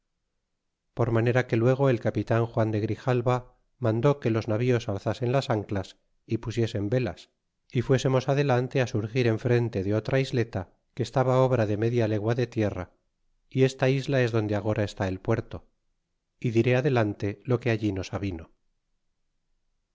por manera que luego el capitan juan de grijalva mandó que los navíos alzasen las anclas y pusieseis velas y fuesemos adelante surgir enfrente de otra isleta que estaba obra de media legua de tierra y esta isla es donde agora est el puerto y cifre adelante lo que allí nos avino